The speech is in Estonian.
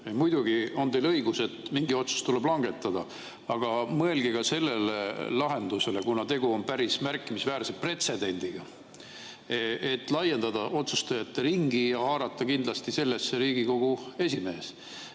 Muidugi on teil õigus, et mingi otsus tuleb langetada, aga mõelge ka sellele lahendusele – kuna tegu on päris märkimisväärse pretsedendiga –, et laiendada otsustajate ringi, haarata kindlasti sellesse Riigikogu esimees